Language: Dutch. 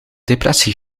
depressie